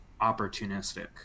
opportunistic